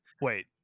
Wait